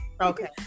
okay